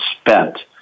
spent